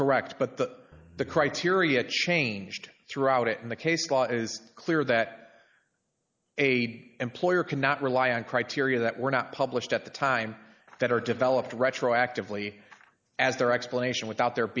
correct but that the criteria changed throughout it and the case law is clear that aid employer cannot rely on criteria that were not published at the time that are developed retroactively as their explanation without there